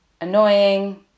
annoying